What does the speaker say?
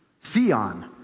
theon